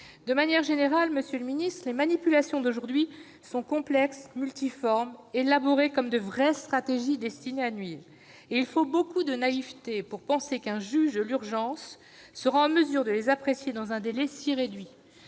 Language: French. De manière générale, monsieur le ministre, les manipulations d'aujourd'hui sont complexes, multiformes, élaborées comme de vraies stratégies destinées à nuire, et il faut beaucoup de naïveté pour penser qu'un juge de l'urgence sera en mesure de les apprécier dans un délai aussi réduit.